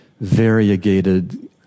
variegated